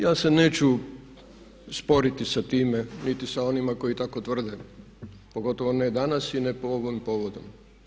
Ja se neću sporiti sa time niti sa onima koji tako tvrde, pogotovo ne danas i ne po ovom povodom.